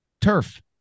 Turf